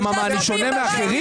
אני שונה מאחרים?